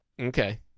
Okay